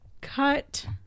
cut